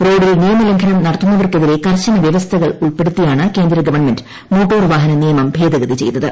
റോഡിൽ നിയമലംഘനം നടത്തുന്നവർക്കെതിരെ കർശന വ്യവസ്ഥകൾ ഉൾപ്പെടുത്തിയാണ് കേന്ദ്രഗവൺമെന്റ് മോട്ടോർ വാഹന നിയമം ഭേദഗതി ചെയ്തത്